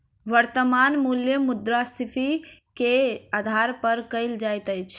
वर्त्तमान मूल्य मुद्रास्फीति के आधार पर कयल जाइत अछि